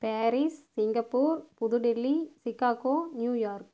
Paris Singapore Pudhu Delhi Chicago New York